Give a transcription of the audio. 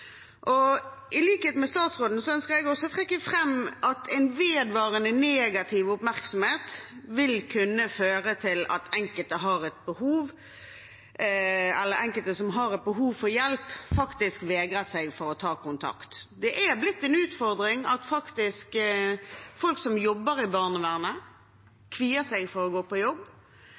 I likhet med statsråden ønsker også jeg å trekke fram at en vedvarende negativ oppmerksomhet vil kunne føre til at enkelte som har et behov for hjelp, vegrer seg for å ta kontakt. Det er blitt en utfordring at folk som jobber i barnevernet, kvier seg for å gå på jobb,